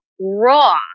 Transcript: raw